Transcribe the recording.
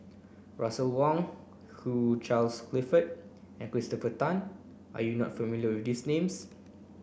Russel Wong Hugh Charles Clifford and Christopher Tan are you not familiar with this names